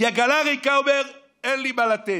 כי "עגלה ריקה" זה אומר "אין לי מה לתת".